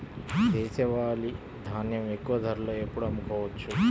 దేశవాలి ధాన్యం ఎక్కువ ధరలో ఎప్పుడు అమ్ముకోవచ్చు?